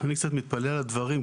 אני קצת מתפלא על הדברים.